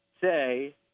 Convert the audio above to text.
say